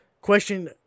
question